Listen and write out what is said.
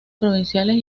provinciales